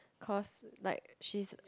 cause like she's